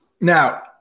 Now